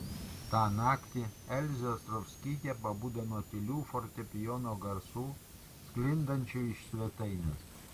tą naktį elzė ostrovskytė pabudo nuo tylių fortepijono garsų sklindančių iš svetainės